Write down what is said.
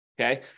Okay